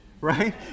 right